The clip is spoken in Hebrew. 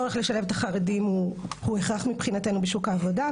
הצורך לשלב את החרדים הוא הכרח מבחינתנו לשוק העבודה,